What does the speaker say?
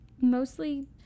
mostly